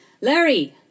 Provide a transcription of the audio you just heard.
Larry